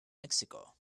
mexico